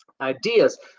ideas